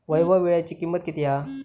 वैभव वीळ्याची किंमत किती हा?